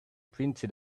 printed